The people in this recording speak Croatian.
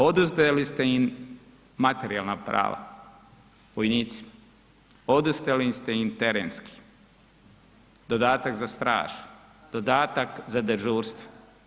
Oduzeli ste im materijalna prava, vojnicima, oduzeli ste im terenski, dodatak za stražu, dodatak za dežurstvo.